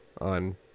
on